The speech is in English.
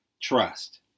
trust